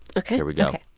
ok here we go.